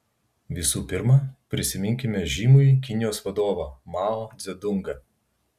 visų pirma prisiminkime žymųjį kinijos vadovą mao dzedungą